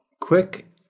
quick